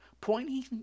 pointy